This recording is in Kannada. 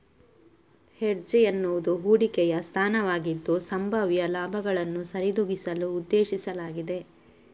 ಹೆಡ್ಜ್ ಎನ್ನುವುದು ಹೂಡಿಕೆಯ ಸ್ಥಾನವಾಗಿದ್ದು, ಸಂಭಾವ್ಯ ಲಾಭಗಳನ್ನು ಸರಿದೂಗಿಸಲು ಉದ್ದೇಶಿಸಲಾಗಿದೆ